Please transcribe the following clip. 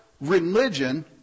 religion